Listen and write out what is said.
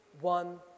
one